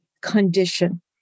condition